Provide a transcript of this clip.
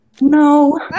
No